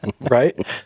Right